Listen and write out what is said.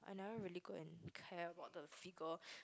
i never really go and care about the figure